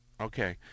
Okay